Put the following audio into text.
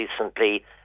recently